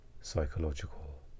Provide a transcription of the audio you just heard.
psychological